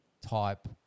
type